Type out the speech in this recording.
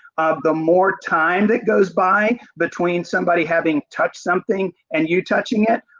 the more time that goes by, between somebody having touched something and you touching it,